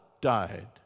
died